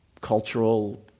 cultural